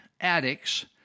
addicts